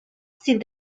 sin